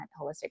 holistic